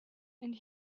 and